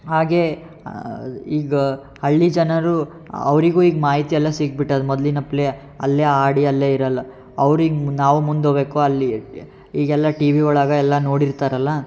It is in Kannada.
ಹಾಗೆ ಈಗ ಹಳ್ಳಿ ಜನರು ಅವರಿಗೂ ಈಗ ಮಾಹಿತಿ ಎಲ್ಲ ಸಿಕ್ ಬಿಟ್ಟದ ಮೊದಲಿನಪ್ಲೆ ಅಲ್ಲೇ ಆಡಿ ಅಲ್ಲೇ ಇರಲ್ಲ ಅವ್ರಿಗೆ ನಾವು ಮುಂದೆ ಹೋಬೇಕು ಅಲ್ಲಿ ಈಗೆಲ್ಲ ಟಿವಿ ಒಳಗೆ ಎಲ್ಲ ನೋಡಿರ್ತಾರಲ್ಲ